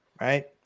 right